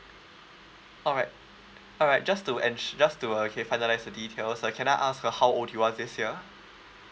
alright alright just to ens~ just to okay finalise the details uh can I ask uh how old you are this year